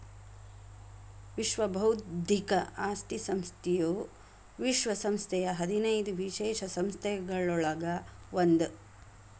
ವಿಶ್ವ ಬೌದ್ಧಿಕ ಆಸ್ತಿ ಸಂಸ್ಥೆಯು ವಿಶ್ವ ಸಂಸ್ಥೆಯ ಹದಿನೈದು ವಿಶೇಷ ಸಂಸ್ಥೆಗಳೊಳಗ ಒಂದ್